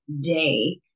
day